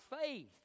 faith